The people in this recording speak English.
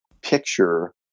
picture